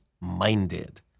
minded